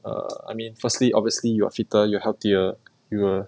err I mean firstly obviously you are fitter you are healthier you will